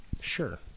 Sure